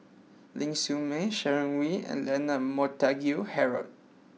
Ling Siew May Sharon Wee and Leonard Montague Harrod